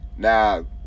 Now